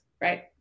right